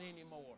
anymore